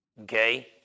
Okay